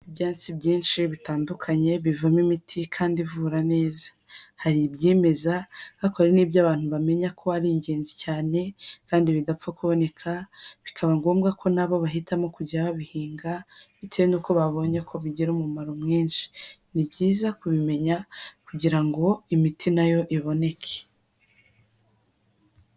Ibyatsi byinshi bitandukanye bivamo imiti kandi ivura neza, hari ibyimeza ariko hari n'ibyo abantu bamenya ko ari ingenzi cyane kandi bidapfa kuboneka, bikaba ngombwa ko na bo bahitamo kujya babihinga bitewe n'uko babonye ko bigira umumaro mwinshi. Ni byiza kubimenya kugira ngo imiti na yo iboneke.